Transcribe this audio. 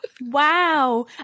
Wow